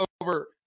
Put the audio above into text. over